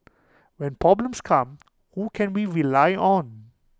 when problems come who can we rely on